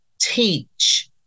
teach